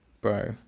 bro